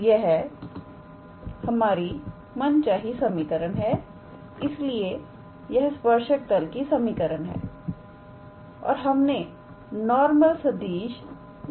तो यह हमारी मनचाही समीकरण है इसलिए यह स्पर्शक तल की समीकरण है और हमने नॉर्मल सदिश दे दिया है